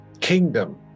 kingdom